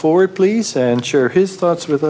forward please and share his thoughts with